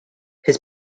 his